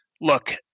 Look